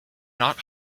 not